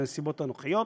בנסיבות הנוכחיות.